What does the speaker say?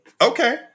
Okay